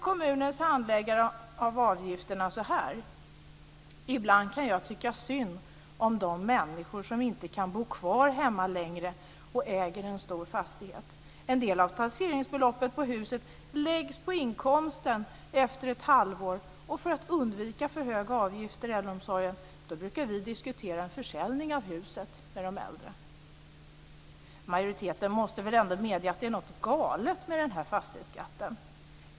Kommunens handläggare av avgifterna säger så här: Ibland kan jag tycka synd om de människor som inte kan bo kvar hemma längre och äger en stor fastighet. En del av taxeringsbeloppet på huset läggs på inkomsten efter ett halvår. För att undvika för höga avgifter i äldreomsorgen brukar vi diskutera en försäljning av huset med de äldre. Majoriteten måste väl ändå medge att det är något galet med den här fastighetsskatten?